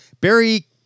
Barry